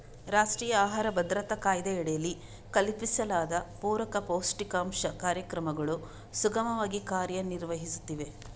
ರಾಷ್ಟ್ರೀಯ ಆಹಾರ ಭದ್ರತಾ ಕಾಯ್ದೆಯಡಿಯಲ್ಲಿ ಕಲ್ಪಿಸಲಾದ ಪೂರಕ ಪೌಷ್ಟಿಕಾಂಶ ಕಾರ್ಯಕ್ರಮಗಳು ಸುಗಮವಾಗಿ ಕಾರ್ಯ ನಿರ್ವಹಿಸುತ್ತಿವೆ